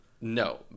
No